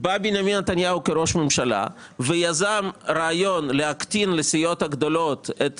בא בנימין נתניהו כראש ממשלה ויזם רעיון להקטין לסיעות הגדולות את